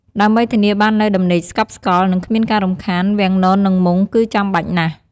ដើម្បីធានាបាននូវដំណេកស្កប់ស្កល់ និងគ្មានការរំខាន វាំងនន និងមុង គឺចាំបាច់ណាស់។